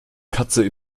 katze